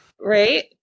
Right